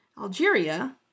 Algeria